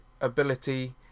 ability